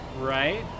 right